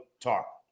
talk